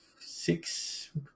six